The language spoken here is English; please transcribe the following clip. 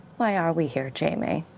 why are we here, jamie?